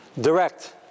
direct